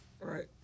Right